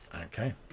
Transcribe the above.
Okay